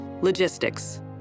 Logistics